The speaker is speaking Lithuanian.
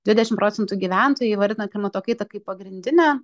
dvidešim procentų gyventojų įvardina klimato kaitą kaip pagrindinę